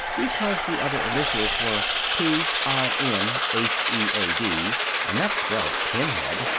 because the other initials were p i n h e a d and that spelled pinhead,